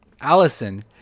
Allison